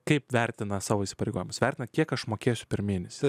kaip vertina savo įsipareigojimus vertina kiek aš mokėsiu per mėnesį